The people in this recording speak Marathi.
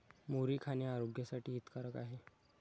मुरी खाणे आरोग्यासाठी हितकारक आहे